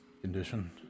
Condition